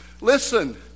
Listen